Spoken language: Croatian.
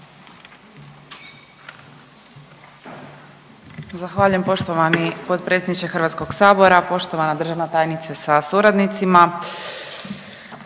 Zahvaljujem. Poštovani potpredsjedniče HS-a, poštovana državna tajnice sa suradnicima.